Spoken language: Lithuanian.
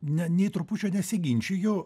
ne nei trupučio nesiginčiju